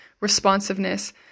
responsiveness